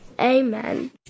Amen